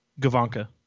Gavanka